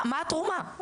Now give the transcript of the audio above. מה התרומה?